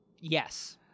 Yes